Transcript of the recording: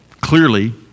clearly